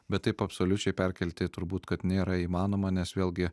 bet taip absoliučiai perkelti turbūt kad nėra įmanoma nes vėlgi